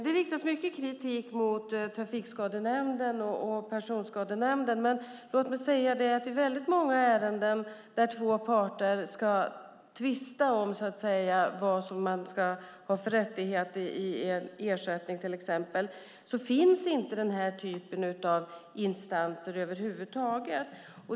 Det riktas mycket kritik mot Trafikskadenämnden och Personskadenämnden. Låt mig dock säga att i många ärenden där två parter tvistar om exempelvis vilken rätt till ersättning man ska ha finns inga instanser av den här typen över huvud taget.